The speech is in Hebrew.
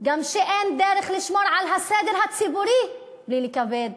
גם שאין דרך לשמור על הסדר הציבורי בלי לכבד